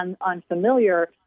unfamiliar